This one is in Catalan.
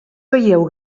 veieu